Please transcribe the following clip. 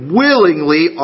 willingly